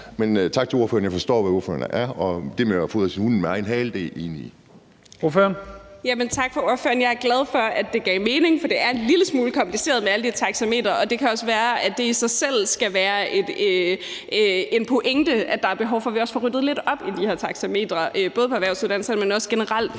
Tak til ordføreren. Jeg er glad for, at det gav mening, for det er en lille smule kompliceret med alle de taxametre, og det kan også være, at det i sig selv skal være en pointe, at der også er behov for, at vi får ryddet lidt op i de her taxametre, både på erhvervsuddannelserne, men også generelt på ungdomsuddannelserne.